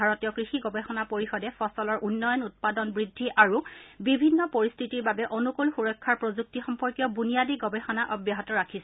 ভাৰতীয় কৃষি গৱেষণা পৰিষদে ফচলৰ উন্নয়ন উৎপাদন বৃদ্ধি আৰু বিভিন্ন পৰিস্থিতিৰ বাবে অনুকুল সুৰক্ষা প্ৰযুক্তি সম্পৰ্কীয় বুনিয়াদী গৱেষণা অব্যাহত ৰাখিছে